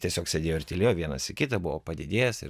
tiesiog sėdėjo ir tylėjo vienas į kitą buvo padidėjęs ir